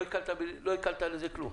לא הקלת בזה בכלום.